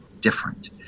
different